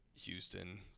Houston